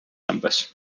numbers